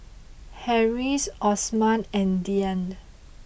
Harris Osman and Dian